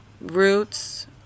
Roots